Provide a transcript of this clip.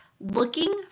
looking